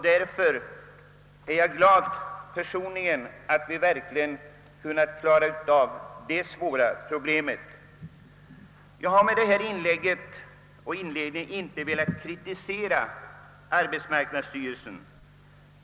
Därför är jag Ppersonligen glad över att vi verkligen kommit ett gott stycke på väg för att klara av detta svåra problem. Jag har med detta inlägg inte velat kritisera arbetsmarknadsstyrelsen.